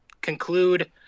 conclude